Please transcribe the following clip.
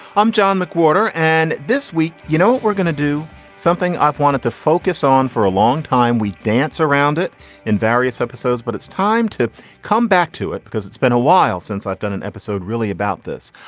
i'm john mcwhorter. and this week, you know, we're going to do something i wanted to focus on for a long time. we dance around it in various episodes, but it's time to come back to it because it's been a while since i've done an episode really about this.